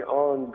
on